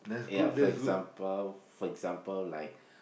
ya for example for example like